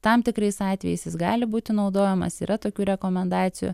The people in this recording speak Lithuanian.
tam tikrais atvejais jis gali būti naudojamas yra tokių rekomendacijų